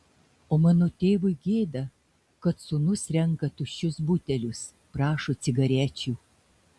o mano tėvui gėda kad sūnus renka tuščius butelius prašo cigarečių